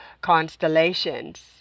constellations